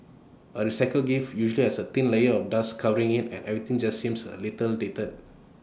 A recycled gift usually has A thin layer of dust covering IT and everything just seems A little dated